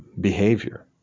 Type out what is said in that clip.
behavior